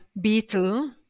Beetle